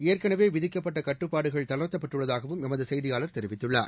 ஏற்களவே விதிக்கப்பட்ட கட்டுப்பாடுகள் தளர்த்தப்பட்டுள்ளதாகவும் எமது செய்தியாளர் தெரிவித்துள்ளார்